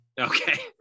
Okay